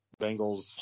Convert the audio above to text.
Bengals